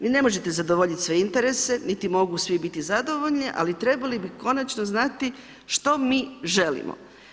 Vi ne možete zadovoljit sve interese, niti mogu svi biti zadovoljni, ali trebali bi konačno znati što mi želimo.